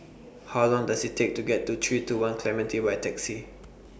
How Long Does IT Take to get to three two one Clementi By Taxi